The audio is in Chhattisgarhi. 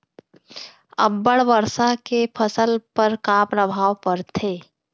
अब्बड़ वर्षा के फसल पर का प्रभाव परथे?